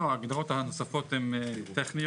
לא, ההגדרות הנוספות הן טכניות.